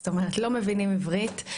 כלומר, לא מבינים עברית.